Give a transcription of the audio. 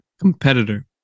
competitor